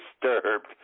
disturbed